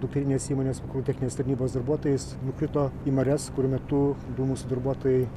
dukterinės įmonės vakarų techninės tarnybos darbuotojais nukrito į marias kur metu du mūsų darbuotojai